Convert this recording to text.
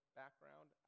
background